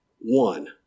one